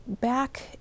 back